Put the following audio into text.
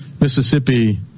Mississippi